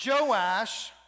Joash